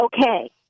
okay